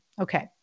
Okay